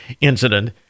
incident